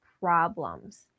problems